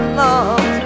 love